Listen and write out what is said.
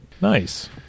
nice